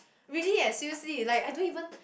really eh seriously like I don't even